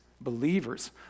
believers